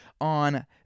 on